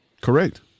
Correct